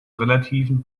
relativen